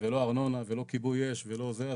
ולא ארנונה ולא כיבוי אש ולא זה,